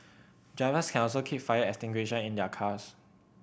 drivers can also keep fire extinguisher in their cars